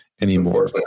anymore